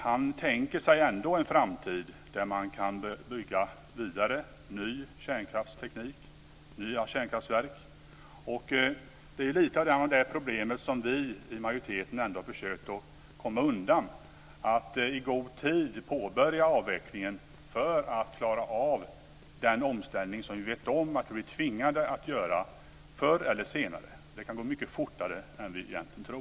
Han tänker sig ändå en framtid där man kan bygga vidare; ny kärnkraftsteknik, nya kärnkraftverk. Det är lite av det problemet som vi i majoriteten har försökt att komma undan genom att i god tid påbörja avvecklingen för att klara av den omställning som vi vet att vi blir tvingade att göra förr eller senare. Det kan gå mycket fortare än vi egentligen tror.